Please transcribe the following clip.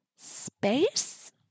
Space